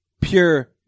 pure